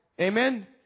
Amen